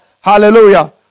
Hallelujah